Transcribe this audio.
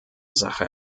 sache